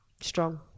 strong